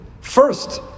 First